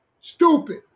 stupid